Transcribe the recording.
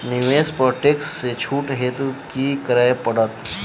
निवेश पर टैक्स सँ छुट हेतु की करै पड़त?